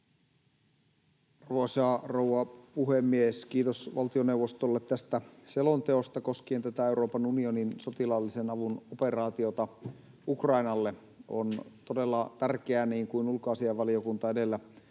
rouva puhemies! Kiitos valtioneuvostolle tästä selonteosta koskien tätä Euroopan unionin sotilaallisen avun operaatiota Ukrainalle. On todella tärkeää, niin kuin ulkoasiainvaliokunta edellä